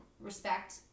respect